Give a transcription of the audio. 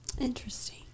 Interesting